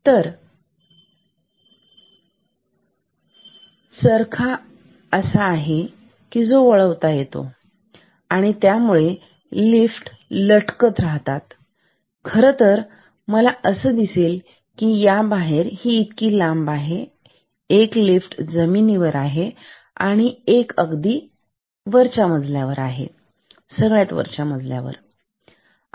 तर चरखा आहे जो वळवता येतोआणि त्या दोन्ही लिफ्ट लटकत आणि खरंतर ते मला असं दिसेल की या बाहेर इतकी लांब आहे आणि एक लिफ्ट जमिनीवर आहे आणि दुसरी ची आहे अगदी सगळ्यात वरचा मजल्यावर आहे